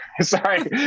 sorry